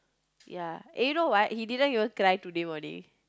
ya eh you know what he didn't even cry today morning